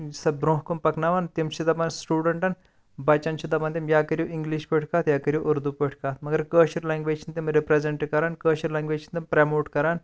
سۄ برونٛہہ کُن پَکناوان تِم چھِ دَپان سٹوڈَنٛٹَن بَچَن چھِ دَپان تِم یا کٔرِو اِنٛگلِش پٲٹھۍ کتھ یا کٔرِو اردوٗ پٲٹھۍ کتھ مگر کٲشِر لینٛگویج چھِنہٕ تِم رِپریٚزنٛٹ کران کٲشِر لینٛگویج چھِنہٕ تِم پرٛموٹ کران